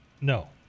No